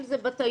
אם זה בתיירות,